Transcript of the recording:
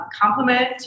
complement